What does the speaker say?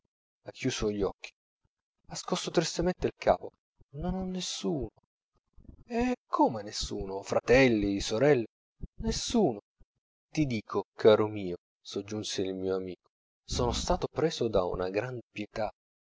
ha chiusi gli occhi ha scosso tristemente il capo non ho nessuno e come nessuno fratelli sorelle nessuno ti dico caro mio soggiunse il mio amico sono stato preso da una grande pietà